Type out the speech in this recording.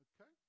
Okay